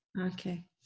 Okay